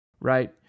right